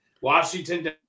Washington